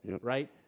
right